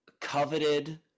coveted